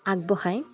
ব্যৱসায়